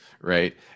right